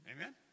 Amen